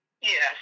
Yes